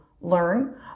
learn